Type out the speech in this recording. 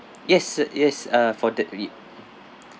yes yes uh for the re~